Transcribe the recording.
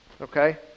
okay